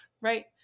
right